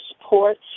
support